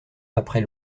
après